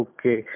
Okay